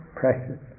precious